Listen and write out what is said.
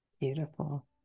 Beautiful